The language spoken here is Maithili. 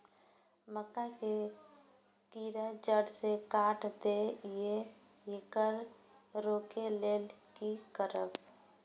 मक्का के कीरा जड़ से काट देय ईय येकर रोके लेल की करब?